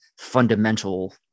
fundamental